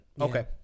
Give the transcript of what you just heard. Okay